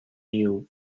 you